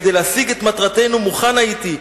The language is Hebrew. כדי להשיג את מטרתנו מוכן הייתי,